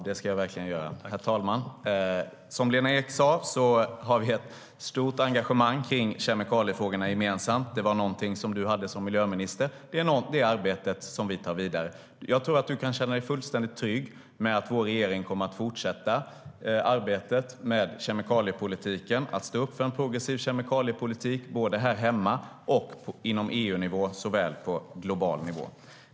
Herr talman! Som Lena Ek sa har vi ett stort engagemang i kemikaliefrågorna gemensamt. Det var någonting som Lena Ek hade som miljöminister, och det är det arbete som vi tar vidare. Jag tror att du kan känna dig fullständigt trygg med att vår regering kommer att fortsätta arbetet med kemikaliepolitiken och att stå upp för en progressiv kemikaliepolitik såväl här hemma som på EU-nivå och på global nivå.